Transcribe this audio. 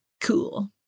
cool